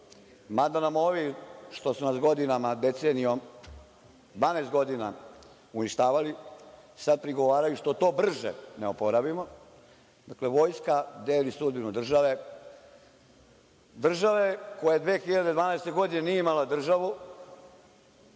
mada nam ovi koji su nas godinama, 12 godina uništavali sad prigovaraju što to brže ne oporavimo. Dakle, vojska deli sudbinu države. Države koja 2012. godine nije imala državu,